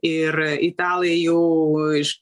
ir italai jau iš